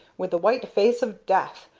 with the white face of death,